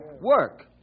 Work